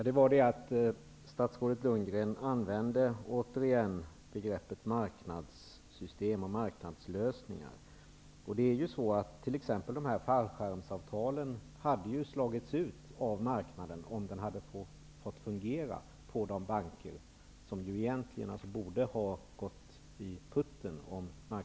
Herr talman! Statsrådet Lundgren använde återigen begreppet marknadssystem och marknadslösningar. Fallskärmsavtalen hade ju slagits ut av marknadssystemet, om det hade fått fungera för de banker som egentligen borde ha ''gått i putten''.